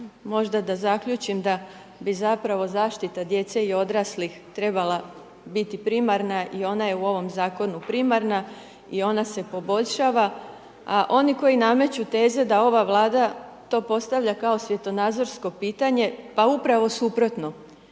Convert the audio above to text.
možda da zaključim da bi zapravo zaštita djece i odraslih trebala biti primarna i ona je u ovom Zakonu primarna i ona se poboljšava, a oni koji nameću teze da ova Vlada to postavlja kao svjetonazorsko pitanje, pa upravo suprotno,